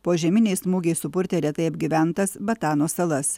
požeminiai smūgiai supurtė retai apgyventas batano salas